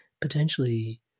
potentially